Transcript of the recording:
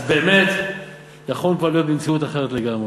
אז באמת יכולנו כבר להיות במציאות אחרת לגמרי.